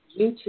YouTube